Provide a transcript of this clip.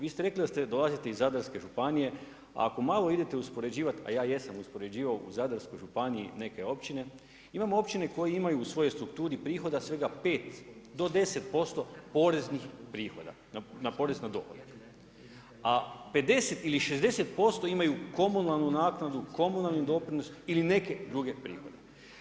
Vi ste rekli da dolazite iz Zadarske županije, a ako malo idete uspoređivati, a ja jesam uspoređivao u Zadarskoj županiji neke općine imamo općine koji imaju u svojoj strukturi prihoda svega 5 do 10% poreznih prihoda na porez na dohodak, a 50 ili 60% imaju komunalnu naknadu, komunalni doprinos ili neke druge prihode.